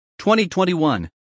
2021